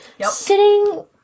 sitting